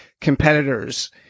competitors